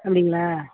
அப்படிங்களா